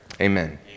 Amen